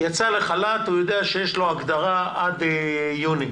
יצא לחל"ת, הוא יודע שיש לו הגדרה עד יוני,